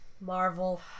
Marvel